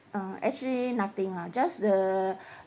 uh actually nothing lah just the